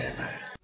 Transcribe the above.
Amen